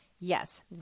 Yes